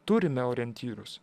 turime orientyrus